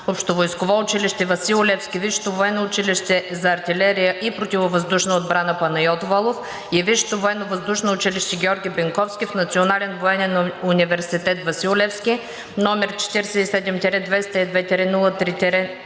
общовойсково училище „Васил Левски“, Висшето военно училище за артилерия и противовъздушна отбрана „Панайот Волов“ и Висшето военновъздушно училище „Георги Бенковски“ в Национален военен университет „Васил Левски“, № 47-202-03-3,